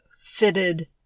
fitted